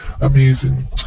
amazing